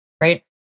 right